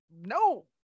No